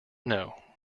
know